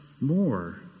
more